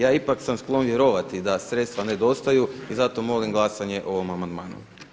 Ja ipak sam sklon vjerovati da sredstva nedostaju i zato molim glasanje o ovom amandmanu.